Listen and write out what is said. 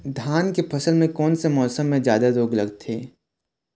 धान के फसल मे कोन से मौसम मे जादा रोग लगथे?